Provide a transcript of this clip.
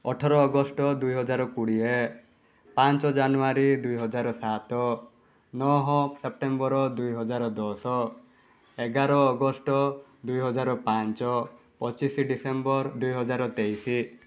ଅଠର ଅଗଷ୍ଟ ଦୁଇ ହଜାର କୋଡ଼ିଏ ପାଞ୍ଚ ଜାନୁଆରୀ ଦୁଇ ହଜାର ସାତ ନଅ ସେପ୍ଟେମ୍ବର ଦୁଇ ହଜାର ଦଶ ଏଗାର ଅଗଷ୍ଟ ଦୁଇ ହଜାର ପାଞ୍ଚ ପଚିଶ ଡିସେମ୍ବର ଦୁଇ ହଜାର ତେଇଶ